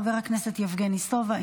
חבר הכנסת יבגני סובה,